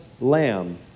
lamb